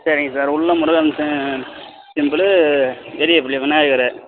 சரிங்க சார் உள்ளே மட்டுந்தான் அந்த ச சிம்பலு வெளியே பெரிய விநாயகர்